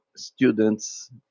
Students